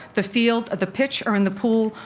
the field, at the pitch or in the pool,